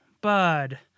bud